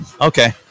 Okay